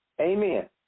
Amen